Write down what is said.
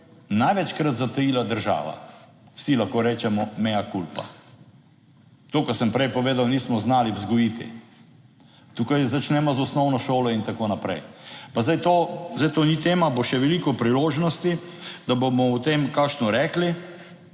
največkrat zatajila država, vsi lahko rečemo mea culpa. To, kar sem prej povedal, nismo znali vzgojiti, tukaj začnemo z osnovno šolo in tako naprej, pa zdaj to, zdaj to ni tema. Bo še veliko priložnosti, da bomo o tem kakšno rekli.